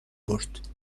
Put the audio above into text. برد